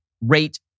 rate